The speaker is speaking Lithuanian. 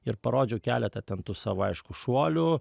ir parodžiau keletą ten tų savo aišku šuolių